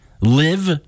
Live